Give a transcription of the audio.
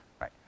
right